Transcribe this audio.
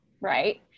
right